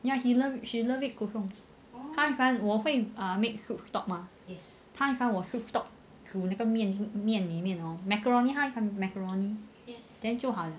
ya he loves she loves it kosong 他很喜欢我 uh make soup stock mah 他很喜欢我 soup stock 煮那个面里面 hor macaroni 他很喜欢 macaroni then 就好 liao